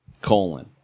colon